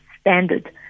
standard